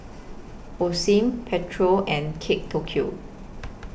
Osim Pedro and Kate Tokyo